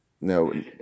No